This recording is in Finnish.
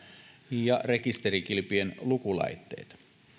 ja rekisterikilpien lukulaitteita